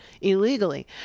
illegally